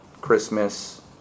Christmas